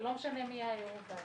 ולא משנה מי היה יו"ר הוועדה.